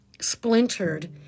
splintered